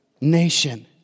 nation